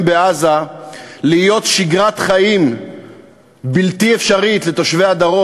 בעזה להיות שגרת חיים בלתי אפשרית לתושבי הדרום.